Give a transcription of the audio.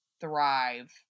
thrive